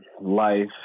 life